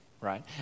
right